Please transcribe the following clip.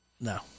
No